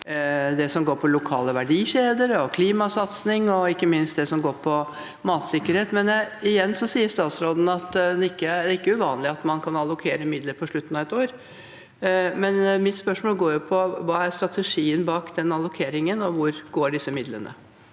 noe om både lokale verdikjeder, klimasatsing og ikke minst matsikkerhet. Men igjen sier statsråden at det ikke er uvanlig at man kan allokere midler på slutten av et år. Men mitt spørsmål er: Hva er strategien bak allokeringen, og hvor går disse midlene?